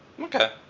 okay